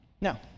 Now